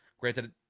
Granted